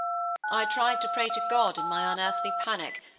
i tried to pray to god in my unearthly panic,